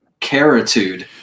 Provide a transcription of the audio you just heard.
caritude